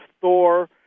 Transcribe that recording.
Thor